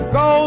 go